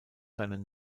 seinen